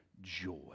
joy